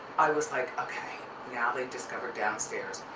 i was like, okay yeah they've discovered downstairs.